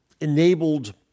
enabled